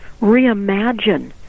reimagine